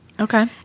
Okay